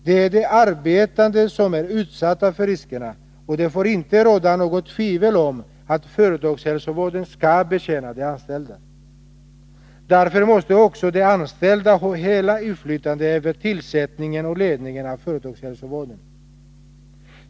Det är de arbetande som är utsatta för riskerna, och det får inte råda något tvivel om att företagshälsovården skall betjäna de anställda. Därför måste också de anställda ha hela inflytandet över tillsättningen och ledningen av företagshälsovården.